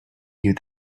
you